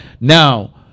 Now